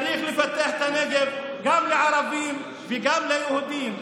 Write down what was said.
צריך לפתח את הנגב גם לערבים וגם ליהודים.